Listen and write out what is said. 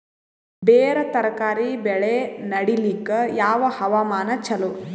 ಬೇರ ತರಕಾರಿ ಬೆಳೆ ನಡಿಲಿಕ ಯಾವ ಹವಾಮಾನ ಚಲೋ?